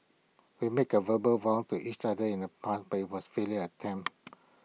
we make A verbal vows to each other in the past but IT was A futile attempt